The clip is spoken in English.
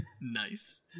Nice